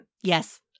Yes